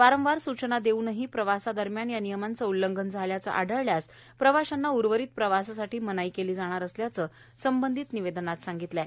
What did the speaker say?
वारंवार सूचना देऊनही प्रवासादरम्यान या नियमांचं उल्लंघन झाल्याचं आढळल्यास प्रवाशांना उर्वरित प्रवासासाठी मनाई केली जाणार असल्याचं निवेदनात म्हटलं आहे